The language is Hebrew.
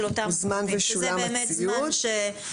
הוזמן ושולם הציוד.